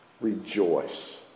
rejoice